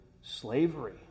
slavery